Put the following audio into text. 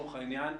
לצורך העניין,